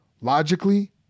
logically